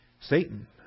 Satan